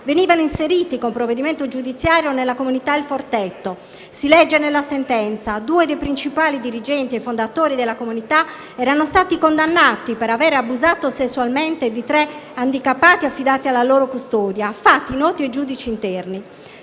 venivano inseriti con provvedimento giudiziario nella comunità «Il Forteto». Si legge nella sentenza: «Due dei principali dirigenti e fondatori della comunità erano stati condannati per aver abusato sessualmente di tre handicappati affidati alla loro custodia, fatti noti ai giudici interni.